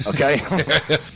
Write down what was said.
okay